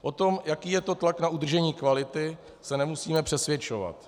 O tom, jaký je to tlak na udržení kvality, se nemusíme přesvědčovat.